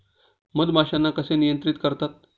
मधमाश्यांना कसे नियंत्रित करतात?